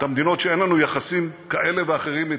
את המדינות שאין לנו יחסים כאלה ואחרים אתן: